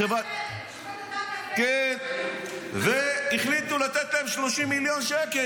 השופטת -- כן, והחליטו לתת להם 30 מיליון שקל.